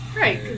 Right